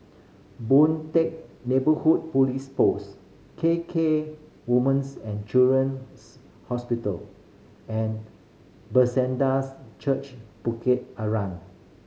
Boon Teck Neighbourhood Police Post K K Woman's and Children's Hospital and Bethesdas Church Bukit Arang